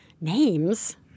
names